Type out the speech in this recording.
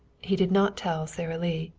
he did not tell sara lee.